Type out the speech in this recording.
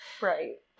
Right